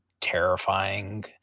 terrifying